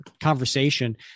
conversation